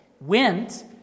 went